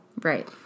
Right